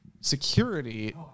security